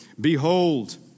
Behold